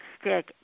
stick